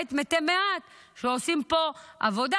למעט מתי מעט שעושים פה עבודה,